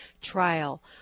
trial